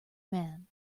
man